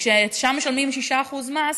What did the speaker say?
וכששם משלמים 6% מס,